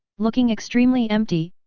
looking extremely empty,